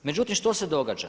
Međutim, što se događa?